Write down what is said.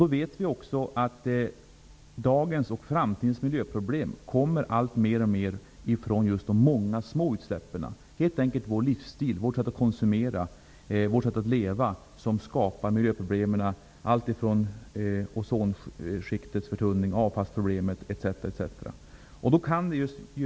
Vi vet också att dagens och framtidens miljöproblem i allt högre grad orsakas av just de många, små utsläppen. Det är helt enkelt vår livsstil, vårt sätt att konsumera, vårt sätt att leva som skapar miljöproblem -- det gäller ozonskiktets förtunning, avfallsproblemet, etc., etc.